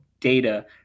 data